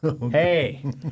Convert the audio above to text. hey